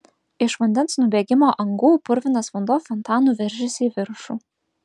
iš vandens nubėgimo angų purvinas vanduo fontanu veržėsi į viršų